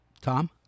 Tom